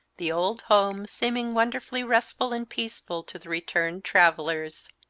the old home seeming wonderfully restful and peaceful to the returned travellers.